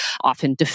often